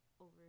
over